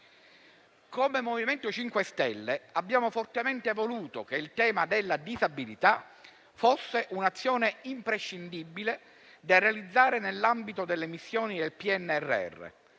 Come MoVimento 5 Stelle abbiamo fortemente voluto che il tema della disabilità fosse un'azione imprescindibile da realizzare nell'ambito delle missioni del PNRR.